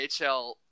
NHL